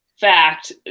fact